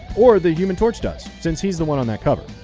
or the human torch does, since he's the one on that cover.